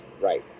Right